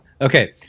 Okay